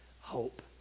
hope